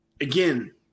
again